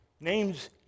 Names